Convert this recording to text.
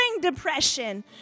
depression